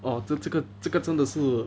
oh 这这个这个真的是